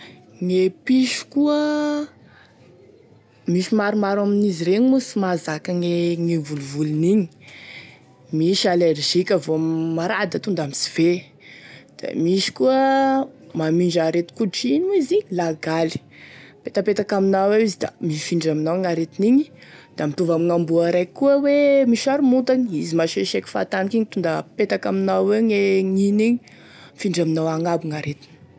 Gne piso koa misy maromaro amn'izy regny moa sy mahazaka gne gne volovolony igny, misy alerzika vo ma raha da tonga da mitsivehy, da misy koa mamindra aretin-koditry ino moa izy igny, lagaly, mipetapetaky aminao eo izy da mifindra aminao gn'aretiny igny, da mitovy amign'amboa raiky koa hoe misy haromontagny, izy maseseky fahataniky igny, tonda mipetaky amianao eo gne hihiny igny, mifindra aminao agny aby gn'aretiny.